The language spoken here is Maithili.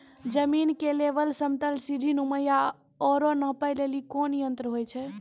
जमीन के लेवल समतल सीढी नुमा या औरो नापै लेली कोन यंत्र होय छै?